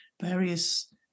various